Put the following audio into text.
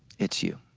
it's you.